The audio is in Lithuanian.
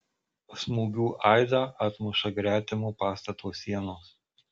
smūgių aidą atmuša gretimo pastato sienos